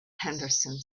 henderson